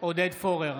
עודד פורר,